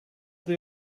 the